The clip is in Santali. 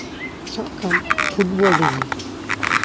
ᱥᱟᱵ ᱠᱟᱜ ᱟᱢ ᱯᱷᱩᱴᱵᱚᱞ ᱨᱮᱜᱮ